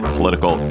Political